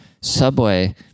Subway